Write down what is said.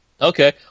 Okay